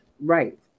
Right